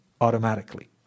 automatically